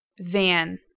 Van